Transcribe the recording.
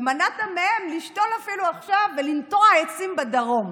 ומנעת מהם לשתול אפילו עכשיו ולנטוע עצים בדרום.